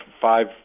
five